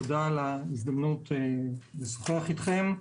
תודה על ההזדמנות לשוחח אתכם,